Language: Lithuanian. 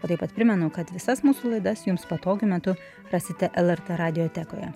o taip pat primenu kad visas mūsų laidas jums patogiu metu rasite lrt radiotekoje